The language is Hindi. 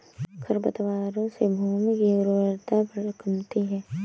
खरपतवारों से भूमि की उर्वरता कमती है